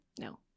No